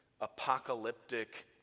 apocalyptic